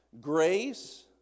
grace